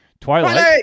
Twilight